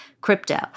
crypto